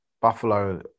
buffalo